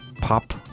pop